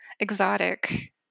exotic